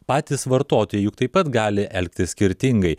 patys vartotojai juk taip pat gali elgtis skirtingai